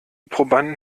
probanden